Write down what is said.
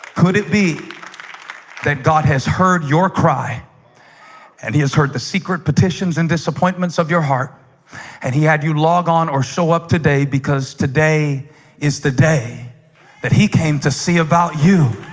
could it be that god has heard your cry and he has heard the secret petitions and disappointments of your heart and he had you log on or sew up today because today is the day that he came to see about you